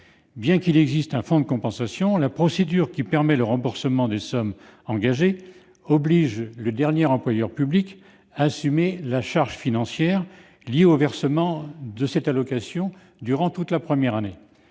Bien qu'il existe un fonds de compensation, la procédure qui permet le remboursement des sommes engagées oblige le dernier employeur public à assumer la charge financière liée au versement de cette allocation durant toute la première année.